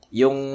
yung